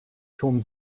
schon